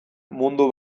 mundu